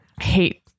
hate